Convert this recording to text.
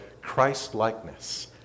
Christ-likeness